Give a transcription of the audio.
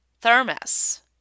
thermos